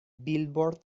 billboard